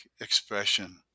Expression